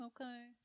Okay